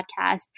podcast